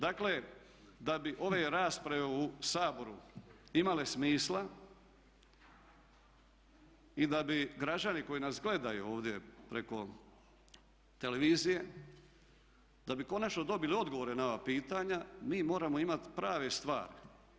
Dakle, da bi ove rasprave u Saboru imale smisla i da bi građani koji nas gledaju ovdje preko televizije, da bi konačno dobili odgovore na ova pitanja mi moramo imati prave stvari.